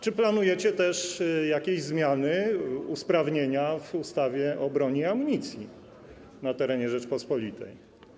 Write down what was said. Czy planujecie też jakieś zmiany, usprawnienia w ustawie o broni i amunicji na terenie Rzeczypospolitej?